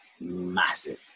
massive